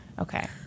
Okay